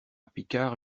picard